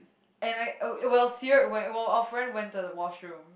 and I I will you will see then went well our friend went to the washroom